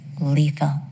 lethal